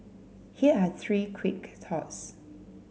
here are three quick thoughts